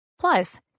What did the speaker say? Plus